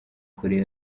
korea